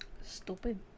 Stupid